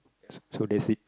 so that's it